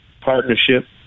partnership